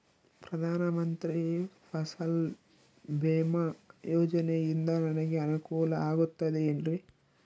ಪ್ರಧಾನ ಮಂತ್ರಿ ಫಸಲ್ ಭೇಮಾ ಯೋಜನೆಯಿಂದ ನನಗೆ ಅನುಕೂಲ ಆಗುತ್ತದೆ ಎನ್ರಿ?